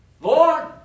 Lord